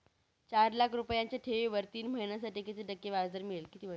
चार लाख रुपयांच्या ठेवीवर तीन महिन्यांसाठी किती टक्के व्याजदर मिळेल?